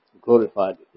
glorified